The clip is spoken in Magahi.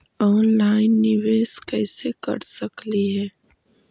ऑनलाइन निबेस कैसे कर सकली हे?